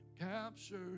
Captured